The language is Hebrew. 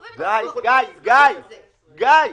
גיא, גיא,